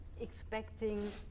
expecting